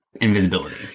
Invisibility